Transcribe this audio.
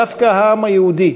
דווקא העם היהודי,